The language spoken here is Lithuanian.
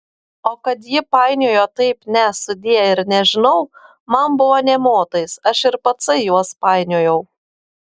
o kad ji painiojo taip ne sudie ir nežinau man buvo nė motais aš ir patsai juos painiojau